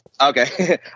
Okay